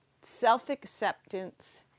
self-acceptance